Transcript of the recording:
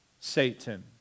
Satan